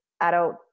adult